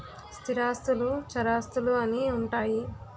స్థిరాస్తులు చరాస్తులు అని ఉంటాయి